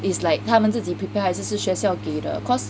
is like 他们自己 prepare 还是是学校给的 cause